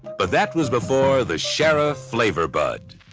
but that was before the shirriff flavour bud.